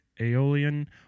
Aeolian